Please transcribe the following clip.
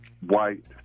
white